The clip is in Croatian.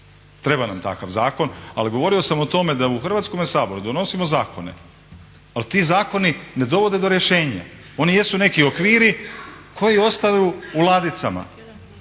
Treba nam takav zakon. Ali govorio sam o tome da u Hrvatskome saboru donosimo zakone, ali ti zakoni ne dovode do rješenja. oni jesu neki okviri koji ostaju u ladicama